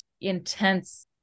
intense